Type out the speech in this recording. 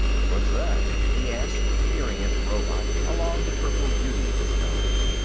what's that? he asked, peering at the robot along the purple beauty of his nose.